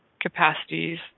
capacities